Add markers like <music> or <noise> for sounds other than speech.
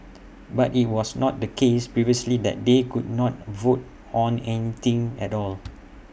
<noise> but IT was not the case previously that they could not vote on anything at all